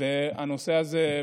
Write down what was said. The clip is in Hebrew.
הנושא הזה,